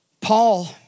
Paul